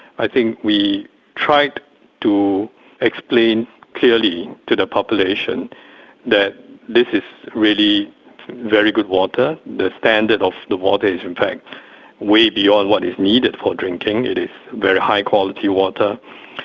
i think we tried to explain clearly to the population that this is really very good water, the standard of the water is in fact way beyond what is needed for drinking. it is very high quality water,